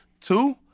two